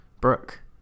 Brooke